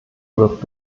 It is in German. wird